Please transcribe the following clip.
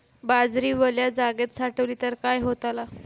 बाजरी वल्या जागेत साठवली तर काय होताला?